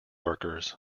workers